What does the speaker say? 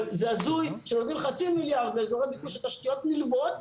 אבל זה הזוי שנותנים חצי מיליארד לאזורי ביקוש לתשתיות נלוות,